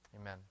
amen